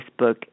Facebook